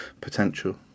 potential